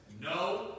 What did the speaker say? no